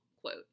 Quote